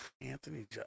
Anthony